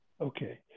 Okay